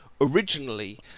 originally